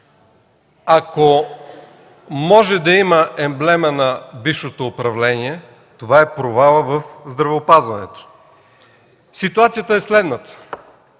Ако може да има емблема на бившето управление, това е провалът в здравеопазването. Ситуацията е следната: